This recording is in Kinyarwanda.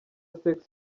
sex